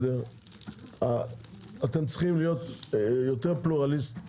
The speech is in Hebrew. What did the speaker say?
אתם צריכים להיות יותר פלורליסטים.